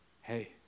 hey